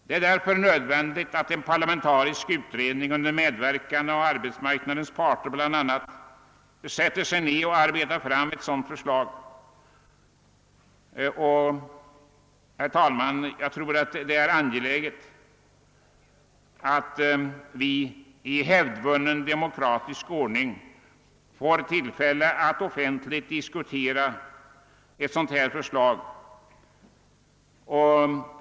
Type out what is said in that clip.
Det är därför nödvändigt att en parlamentarisk utredning under medverkan av bl.a. arbetsmarknadens parter får arbeta fram ett nytt sådant förslag. Det är också angeläget att vi i hävdvunnen demokratisk ordning får tillfälle att offentligt diskutera ett sådant förslag.